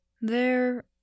There